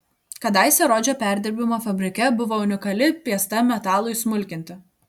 kadaise rodžio perdirbimo fabrike buvo unikali piesta metalui smulkinti